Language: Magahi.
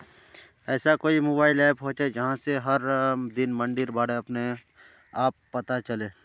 ऐसा कोई मोबाईल ऐप होचे जहा से हर दिन मंडीर बारे अपने आप पता चले?